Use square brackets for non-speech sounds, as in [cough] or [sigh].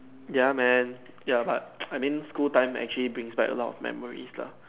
ya man ya but [noise] I mean school times actually bring back a lot of memories lah